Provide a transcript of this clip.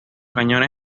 cañones